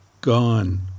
Gone